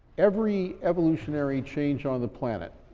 every evolutionary change on the planet,